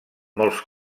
molts